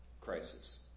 crisis